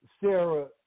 sarah